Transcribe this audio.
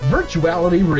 Virtuality